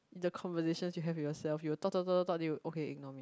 the conversation you have yourself you talk talk talk talk talk they will okay ignore me